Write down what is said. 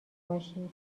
باشی